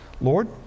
Lord